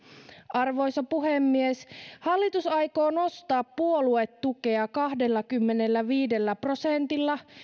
arvoisa puhemies hallitus aikoo nostaa puoluetukea kahdellakymmenelläviidellä prosentilla